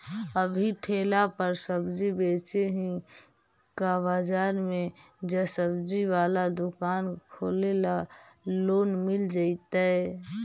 अभी ठेला पर सब्जी बेच ही का बाजार में ज्सबजी बाला दुकान खोले ल लोन मिल जईतै?